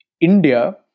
India